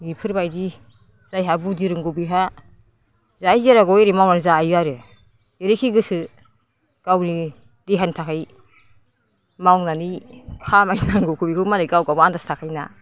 बेफोरबायदि जायहा गुदि रोंगौ बेहा जाय जेरावबो एरै मावनानै जायो आरो जेरैखि गोसो गावनि देहानि थाखाय मावनानै खामायनांगौखौबो मालाय गावबागाव आनदास थाखायोना